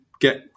get